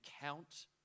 count